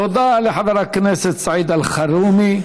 תודה לחבר הכנסת סעיד אלחרומי.